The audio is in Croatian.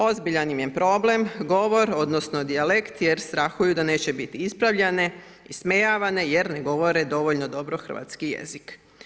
Ozbiljan im je problem, govor, odnosno, dijalekt, jer strahuju da neće biti ispravljene, ismijavane, jer ne govore dobro hrvatski jezik.